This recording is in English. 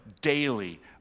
daily